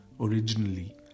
originally